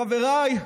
חבריי,